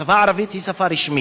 השפה הערבית היא שפה רשמית.